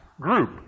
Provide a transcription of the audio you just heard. group